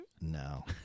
No